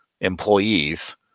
employees